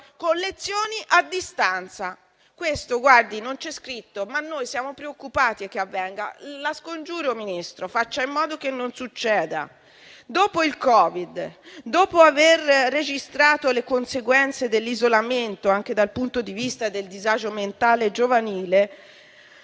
con lezioni a distanza. Questo, guardi, non c'è scritto, ma noi siamo preoccupati che avvenga. La scongiuro, Ministro, faccia in modo che non succeda. Dopo il Covid, dopo aver registrato le conseguenze dell'isolamento anche dal punto di vista del disagio mentale giovanile,